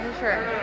sure